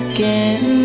Again